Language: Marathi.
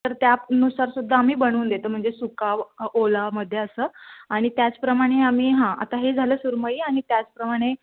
तर त्यानुसारसुद्धा आम्ही बनवून देतो म्हणजे सुका ओला मध्य असं आणि त्याचप्रमाणे आम्ही हां आता हे झालं सुरमई आणि त्याचप्रमाणे